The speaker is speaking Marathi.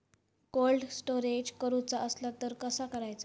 कोल्ड स्टोरेज करूचा असला तर कसा करायचा?